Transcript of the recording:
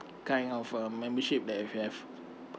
kind of a membership that if you have